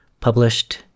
Published